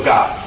God